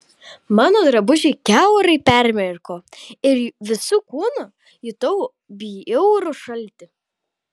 mano drabužiai kiaurai permirko ir visu kūnu jutau bjaurų šaltį